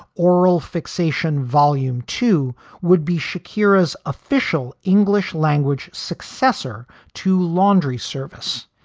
oral fixation volume two would be shakira's official english language successor to laundry service,